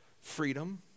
freedom